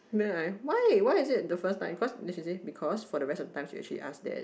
then I why why is it the first time then she say because for the rest of the time she actually ask that